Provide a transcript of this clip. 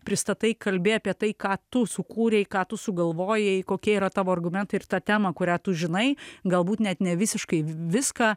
pristatai kalbi apie tai ką tu sukūrei ką tu sugalvojai kokie yra tavo argumentai ir tą temą kurią tu žinai galbūt net nevisiškai viską